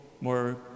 more